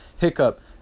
hiccup